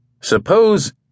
Suppose